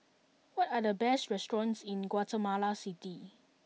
what are the best restaurants in Guatemala City